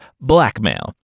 blackmail